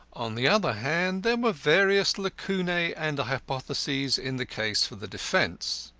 on the other hand, there were various lacunae and hypotheses in the case for the defence.